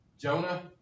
Jonah